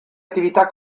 attività